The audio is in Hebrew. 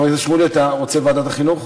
חבר הכנסת שמולי, אתה רוצה ועדת החינוך?